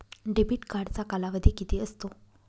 Debit कार्डचा कालावधी किती असतो?